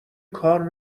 کار